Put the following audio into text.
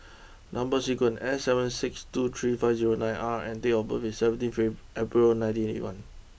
number sequence S seven six two three five zero nine R and date of birth is seventeen April nineteen eighty one